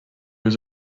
was